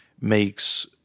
makes